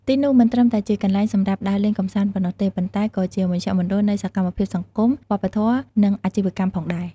ទីនោះមិនត្រឹមតែជាកន្លែងសម្រាប់ដើរលេងកម្សាន្តប៉ុណ្ណោះទេ ប៉ុន្តែក៏ជាមជ្ឈមណ្ឌលនៃសកម្មភាពសង្គម វប្បធម៌ និងអាជីវកម្មផងដែរ។